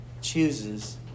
chooses